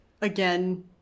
again